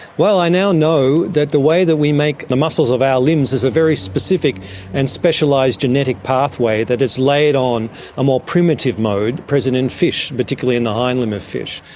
well, i now know that the way that we make the muscles of our limbs is a very specific and specialised genetic pathway that is laid on a more primitive mode present in fish, particularly in the hind limb of fish.